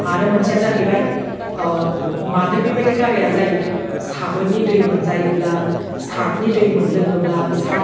आरो मोनसेया जाहैबाय मानो बेबायदि गाराइया जायो साबोननि दै मोनजायोब्ला साफुननि दै मोनलोङोबा सार्फ